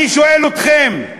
אני שואל אתכם,